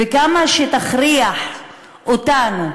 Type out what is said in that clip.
וכמה שתכריח אותנו,